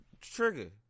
Trigger